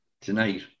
tonight